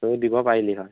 তয়ো দিব পাৰিলি হয়